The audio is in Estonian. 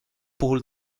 puhul